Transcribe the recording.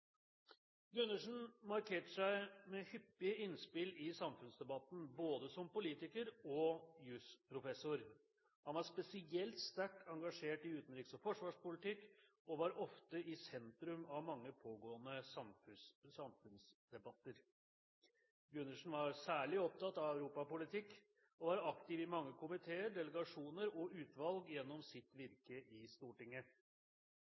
Gundersen markerte seg med hyppige innspill i samfunnsdebatten, både som politiker og som jusprofessor. Han var spesielt sterkt engasjert i utenriks- og forsvarspolitikk og var ofte i sentrum av mange pågående samfunnsdebatter. Gundersen var særlig opptatt av europapolitikk og var aktiv i mange komiteer, delegasjoner og utvalg gjennom sitt